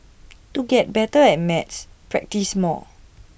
to get better at maths practise more